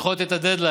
לדחות את הדדליין,